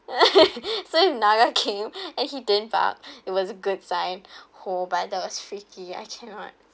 so with naga came and he didn't bark it was a good sign !whoa! by that was freaky I cannot